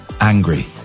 angry